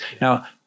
now